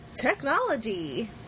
technology